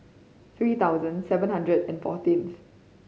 three thousand seven hundred and fourteenth